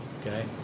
okay